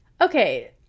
Okay